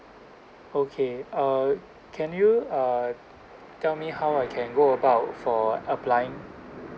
okay uh can you uh tell me how I can go about for applying